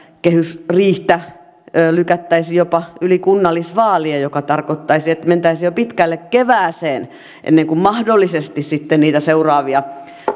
kehysriihtä lykättäisiin jopa yli kunnallisvaalien mikä tarkoittaisi että mentäisiin jo pitkälle kevääseen ennen kuin mahdollisesti sitten niitä seuraavia